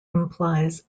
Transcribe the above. implies